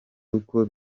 uko